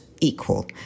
equal